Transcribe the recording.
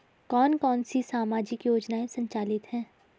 कौन कौनसी सामाजिक योजनाएँ संचालित है?